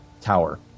tower